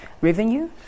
revenue